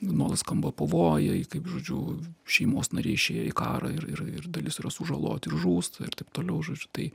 nuolat skamba pavojai kaip žodžiu šeimos nariai išėję į karą ir ir ir dalis yra sužaloti ir žūsta ir taip toliau žodžiu tai